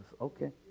Okay